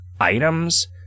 items